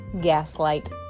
gaslight